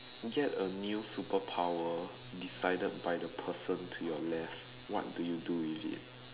get a new superpower decided by the person to your left what do you do with it